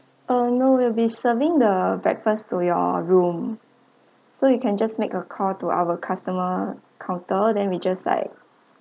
uh no we'll be serving the breakfast to your room so you can just make a call to our customer counter then we just like